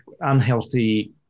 unhealthy